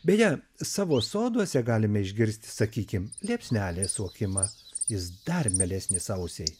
beje savo soduose galime išgirsti sakykime liepsnelės suokimą jis dar mielesnis ausiai